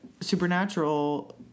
Supernatural